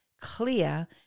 clear